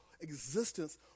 existence